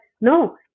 no